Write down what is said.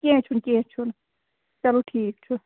کیٚنٛہہ چھُنہٕ کیٚنٛہہ چھُنہٕ چلو ٹھیٖک چھُ